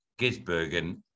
Gisbergen